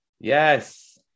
Yes